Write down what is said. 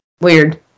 Weird